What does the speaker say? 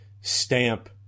stamp